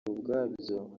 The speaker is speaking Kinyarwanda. ubwabyo